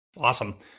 Awesome